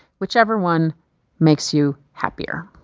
whichever one makes you happier.